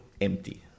empty